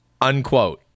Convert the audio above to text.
unquote